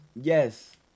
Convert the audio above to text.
Yes